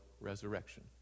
resurrection